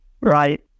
right